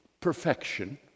perfection